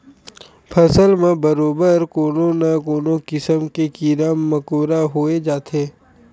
फसल म बरोबर कोनो न कोनो किसम के कीरा मकोरा होई जाथे